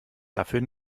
dafür